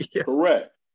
Correct